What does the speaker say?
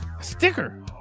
sticker